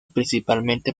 principalmente